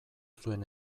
zuen